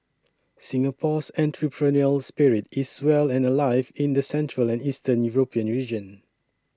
Singapore's entrepreneurial spirit is well and alive in the central and Eastern European region